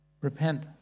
Repent